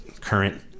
current